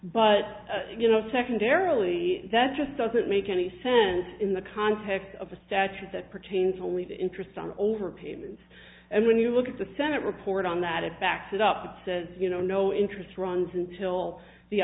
but you know secondarily that just doesn't make any sense in the context of a statute that pertains only to interest on overpayments and when you look at the senate report on that it backs it up says you know no interest runs until the